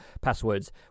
passwords